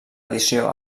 edició